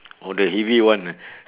oh the heavy one ah